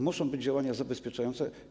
Muszą być działania zabezpieczające.